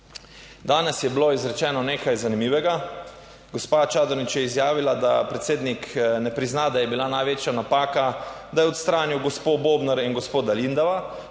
danes je bilo izrečeno nekaj zanimivega, gospa Čadonič je izjavila, da predsednik ne prizna, da je bila največja napaka, da je odstranil gospo Bobnar in gospoda Lindava,